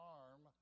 arm